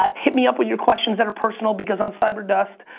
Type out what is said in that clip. um hit me up with your questions that are personal because on cyber dust,